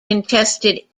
contested